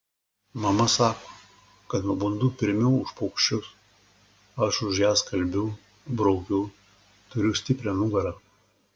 mama sako kad nubundu pirmiau už paukščius aš už ją skalbiu braukiu turiu stiprią nugarą